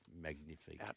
magnificent